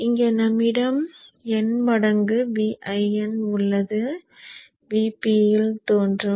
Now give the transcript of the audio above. இங்கே நம்மிடம் n மடங்கு Vin உள்ளது Vp இல் தோன்றும்